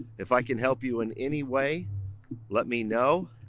if i can help you in any way let me know.